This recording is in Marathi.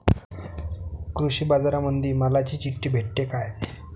कृषीबाजारामंदी मालाची चिट्ठी भेटते काय?